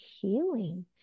healing